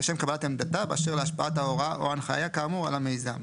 לשם קבלת עמדתה באשר להשפעת ההוראה או ההנחיה כאמור על המיזם,